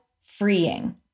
freeing